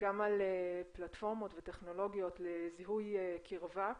גם על פלטפורמות וטכנולוגיות לזיהוי קירבה.